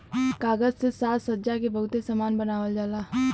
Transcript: कागज से साजसज्जा के बहुते सामान बनावल जाला